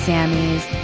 Sammy's